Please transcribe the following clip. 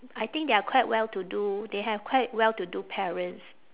I think they are quite well to do they have quite well to do parents